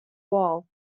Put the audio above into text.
wall